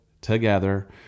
together